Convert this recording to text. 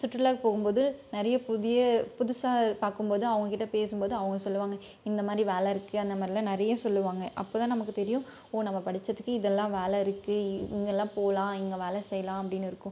சுற்றுலாவுக்கு போகும்போது நிறைய புதிய புதுசாக பார்க்கும்போது அவங்க கிட்டே பேசும்போது அவங்க சொல்வாங்க இந்த மாதிரி வேலைருக்கு அந்த மாதிரிலாம் நிறைய சொல்வாங்க அப்போதான் நமக்கு தெரியும் ஓ நம்ம படித்ததுக்கு இதெல்லாம் வேலைருக்கு இங்கெல்லாம் போகலாம் இங்கே வேலை செய்யலாம் அப்படினுருக்கும்